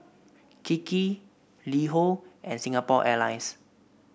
Kiki LiHo and Singapore Airlines